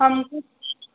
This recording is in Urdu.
ہم کو